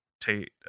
Tate